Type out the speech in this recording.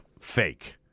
fake